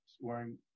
wearing